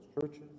churches